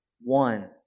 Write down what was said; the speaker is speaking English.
one